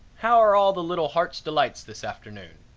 how're all the little heart's delights this afternoon?